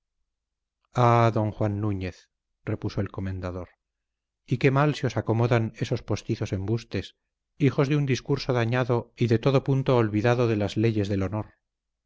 don juan núñez repuso el comendador y que mal se os acomodan esos postizos embustes hijos de un discurso dañado y de todo punto olvidado de las leyes del honor